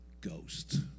Ghost